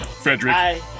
Frederick